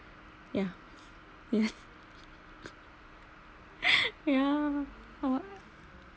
yeah ya